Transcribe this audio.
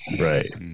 Right